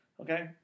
Okay